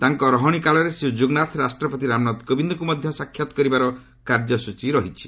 ତାଙ୍କ ରହଶି କାଳରେ ଶ୍ରୀ ଯୁଗନାଥ ରାଷ୍ଟ୍ରପତି ରାମନାଥ କୋବିନ୍ଦ୍ଙ୍କୁ ମଧ୍ୟ ସାକ୍ଷାତ୍ କରିବାର କାର୍ଯ୍ୟସ୍ତଚୀ ରହିଛି